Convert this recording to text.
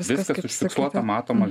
viskas užfiksuota matoma